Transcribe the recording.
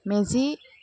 মেজি